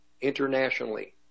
internationally